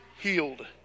healed